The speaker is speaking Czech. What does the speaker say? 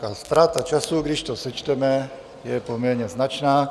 A ztráta času, když to sečteme, je poměrně značná.